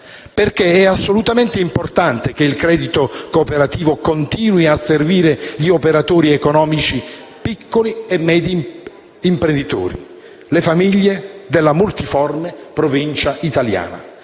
infatti, assolutamente importante che il credito cooperativo continui a servire gli operatori economici, gli imprenditori piccoli e medi e le famiglie della multiforme provincia italiana.